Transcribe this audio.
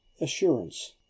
assurance